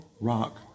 rock